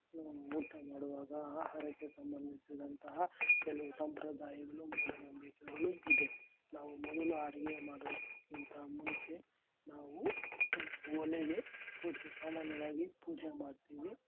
ಊಟ ಮಾಡುವಾಗ ಆಹಾರಕ್ಕೆ ಸಂಬಂಧಿಸಿದಂತಹ ಕೆಲವು ಸಂಪ್ರದಾಯಗಳು ಮೂಢನಂಬಿಕೆಗಳು ಇದೆ ನಾವು ಮೊದಲು ಅಡುಗೆ ಮಾಡೋಕ್ಕಿಂತ ಮುಂಚೆ ನಾವು ಒಲೆಗೆ ಪೂಜೆ ಸಾಮಾನ್ಯವಾಗಿ ಪೂಜೆ ಮಾಡ್ತೀವಿ